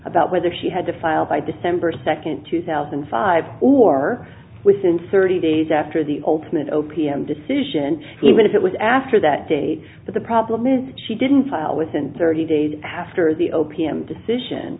about whether she had to file by december second two thousand and five or within thirty days after the ultimate o p m decision even if it was after that date but the problem is she didn't file within thirty days after the o p m decision